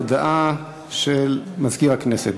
הודעה של סגן מזכירת הכנסת.